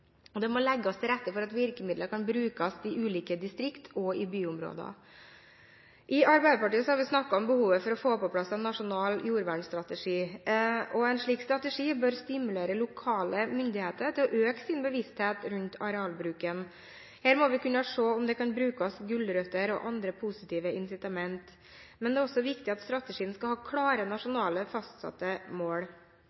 Det må legges til rette for at virkemidler kan brukes i ulike distrikt og byområder. I Arbeiderpartiet har vi snakket om behovet for å få på plass en nasjonal jordvernstrategi. En slik strategi bør stimulere lokale myndigheter til å øke sin bevissthet rundt arealbruken. Her må vi kunne se om det kan brukes gulrøtter og andre positive incitament, men det er også viktig at strategien skal ha klare